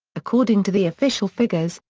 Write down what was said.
according to the official figures,